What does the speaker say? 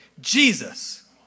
Jesus